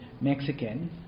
Mexican